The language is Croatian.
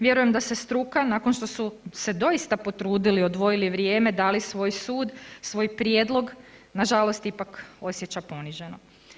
Vjerujem da se struka nakon što su se doista potrudili, odvojili vrijeme, dali svoj sud, svoj prijedlog, nažalost ipak osjeća poniženo.